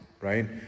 right